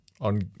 on